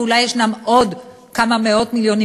ואולי ישנם עוד כמה מאות מיליונים,